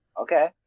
Okay